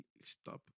stop